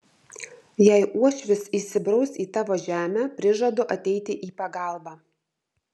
jei uošvis įsibraus į tavo žemę prižadu ateiti į pagalbą